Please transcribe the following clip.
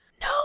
No